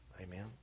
Amen